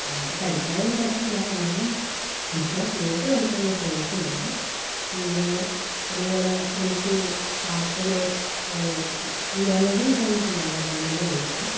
പാട്ട് പഠിക്കാനൊന്നും പറ്റിയില്ല എന്നാലും ഇപ്പോൾ കേട്ട് പഠിക്കാൻ ഞാൻ ശ്രമിക്കുന്നുണ്ട് പിന്നെ അതുപോലെ എനിക്ക് പാട്ടിലെ മെലഡി സോങ്ങ്സിനോടാണ് കൂടുതൽ ഇഷ്ടം